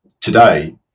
today